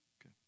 Okay